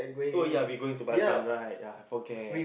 oh ya we going to Batam right yeah I forget